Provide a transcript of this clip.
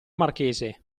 marchese